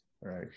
Right